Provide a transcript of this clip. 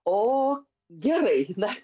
o gerai na